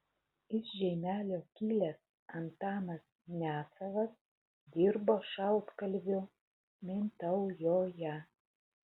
iš žeimelio kilęs antanas nesavas dirbo šaltkalviu mintaujoje